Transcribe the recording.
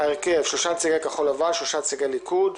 ההרכב שלושה נציגי כחול לבן, שלושה נציגי ליכוד,